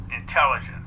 Intelligence